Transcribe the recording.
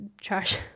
trash